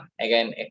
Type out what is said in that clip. again